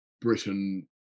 Britain